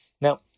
Now